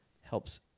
helps